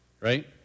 right